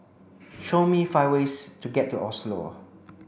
show me five ways to get to Oslo